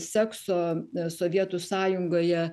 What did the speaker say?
sekso sovietų sąjungoje